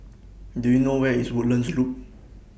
Do YOU know Where IS Woodlands Loop